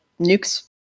nukes